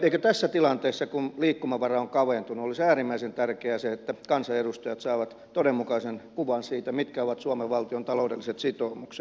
eikö tässä tilanteessa kun liikkumavara on kaventunut olisi äärimmäisen tärkeää se että kansanedustajat saavat todenmukaisen kuvan siitä mitkä ovat suomen valtion taloudelliset sitoumukset